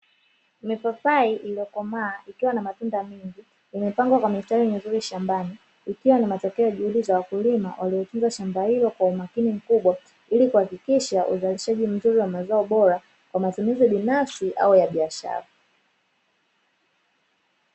Mipapai iliyokomaa ikiwa na matunda mengi, imepangwa kwa mistari mizuri shambani ikiwa ni matokeo ya juhudi za wakulima, walitunza shamba hilo kwa umakini mkubwa ili kuhakikisha uzalishaji mzuri wa bidhaa bora kwa matumizi binafsi au ya biashara.